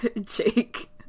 Jake